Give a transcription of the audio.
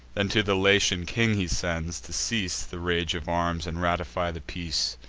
then to the latian king he sends, to cease the rage of arms, and ratify the peace.